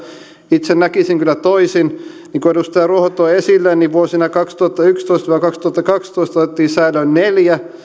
itse näkisin kyllä toisin niin kuin edustaja ruoho toi esille niin vuosina kaksituhattayksitoista viiva kaksituhattakaksitoista otettiin säilöön neljän